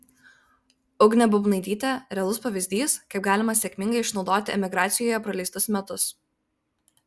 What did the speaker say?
ugnė bubnaitytė realus pavyzdys kaip galima sėkmingai išnaudoti emigracijoje praleistus metus